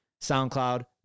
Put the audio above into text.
SoundCloud